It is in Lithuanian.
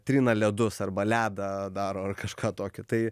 trina ledus arba ledą daro ar kažką tokio tai